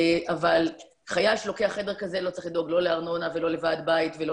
אבל חייל שלוקח חדר כזה לא צריך לדאוג לא לארנונה ולא לוועד בית ולא